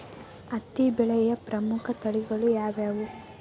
ಹತ್ತಿ ಬೆಳೆಯ ಪ್ರಮುಖ ತಳಿಗಳು ಯಾವ್ಯಾವು?